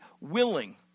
willing